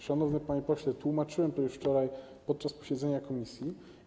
Szanowny panie pośle, tłumaczyłem to już wczoraj podczas posiedzenia komisji.